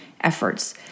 efforts